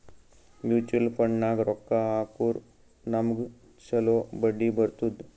mutual ಫಂಡ್ನಾಗ್ ರೊಕ್ಕಾ ಹಾಕುರ್ ನಮ್ಗ್ ಛಲೋ ಬಡ್ಡಿ ಬರ್ತುದ್